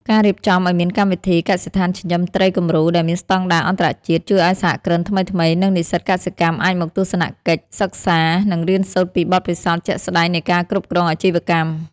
ការរៀបចំឱ្យមានកម្មវិធី "កសិដ្ឋានចិញ្ចឹមត្រីគំរូ" ដែលមានស្ដង់ដារអន្តរជាតិ ជួយឱ្យសហគ្រិនថ្មីៗ និងនិស្សិតកសិកម្មអាចមកទស្សនកិច្ចសិក្សា និងរៀនសូត្រពីបទពិសោធន៍ជាក់ស្ដែងនៃការគ្រប់គ្រងអាជីវកម្ម។